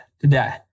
today